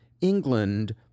England